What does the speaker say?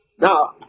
Now